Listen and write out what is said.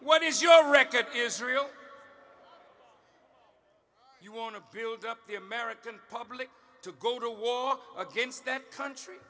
what is your record israel you want to build up the american public to go to war against that country